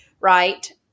right